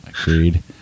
Agreed